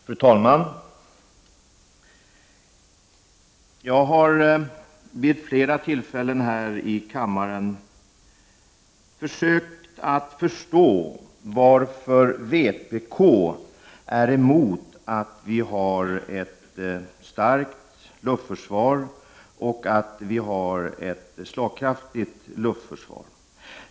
Fru talman! Vid ett flertal tillfällen här i kammaren har jag försökt att förstå varför vpk är emot att vi har ett starkt och slagkraftigt luftförsvar.